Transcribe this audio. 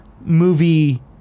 movie